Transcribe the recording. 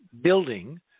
building